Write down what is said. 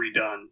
redone